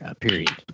period